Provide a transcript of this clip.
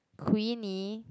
Queenie